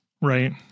right